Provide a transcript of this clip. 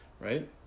Right